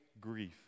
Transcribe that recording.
grief